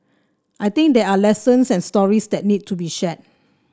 I think there are lessons and stories that need to be shared